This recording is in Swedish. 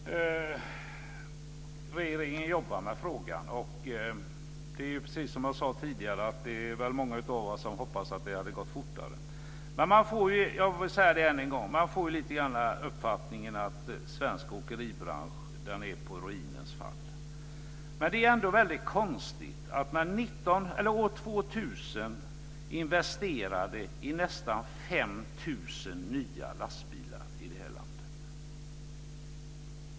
Fru talman! Regeringen jobbar med frågan. Precis som jag sade tidigare är det många av oss som hoppas att det hade gått fortare. Jag vill säga det än en gång: Man får lite grann uppfattningen att svensk åkeribransch är på ruinens brant. Men det är ändå konstigt att man år 2000 investerade i nästan 5 000 nya lastbilar i det här landet.